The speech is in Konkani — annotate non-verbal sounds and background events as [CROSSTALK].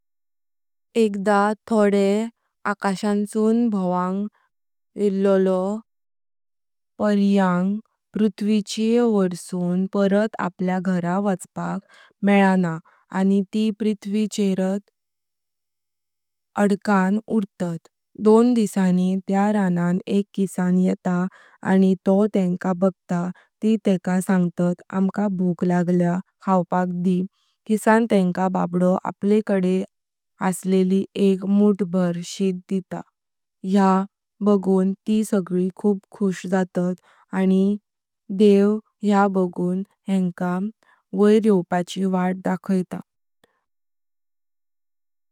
एकदा थोड़े आकाशांसून भोंवग येयल्यो [HESITATION] परियां पृथ्वी वोइसून परत आपल्या घरां वचपाक मेलाना आनी ती पृथ्वी च्यातत [HESITATION] अदकान उरतात। दोन दिसानी त्या रणान एक किस्सान येता आनी तोह तेंका बगतात ती तेका सांगतात आमका भूख लागल्या खाऊपाक दी किस्सान तेंका बाबडो आपल्येकडे असलिली एक मुठभर शित देता या बगवु ती सगळी खाऊ खुश जात। आनी देव या बगवून येनका वोईर यवपाची वाट दाखयता।